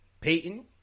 Peyton